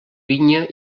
vinya